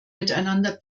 miteinander